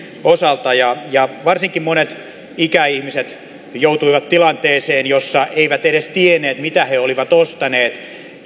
osalta ja ja varsinkin monet ikäihmiset joutuivat tilanteeseen jossa eivät edes tienneet mitä he olivat ostaneet